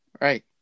Right